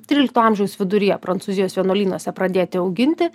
trylikto amžiaus viduryje prancūzijos vienuolynuose pradėti auginti